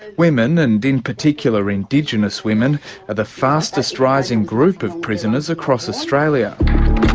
women, and in particular indigenous women, are the fastest-rising group of prisoners across australia.